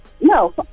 No